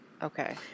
Okay